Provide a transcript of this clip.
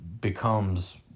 becomes